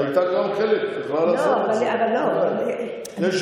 היא הייתה גם חלק, היא יכולה לעשות את זה.